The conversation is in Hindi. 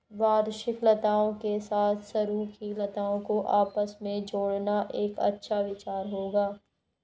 वार्षिक लताओं के साथ सरू की लताओं को आपस में जोड़ना एक अच्छा विचार होगा